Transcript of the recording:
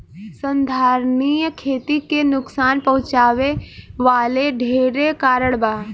संधारनीय खेती के नुकसान पहुँचावे वाला ढेरे कारण बा